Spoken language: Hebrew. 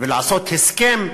ולעשות הסכם,